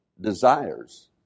desires